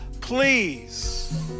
please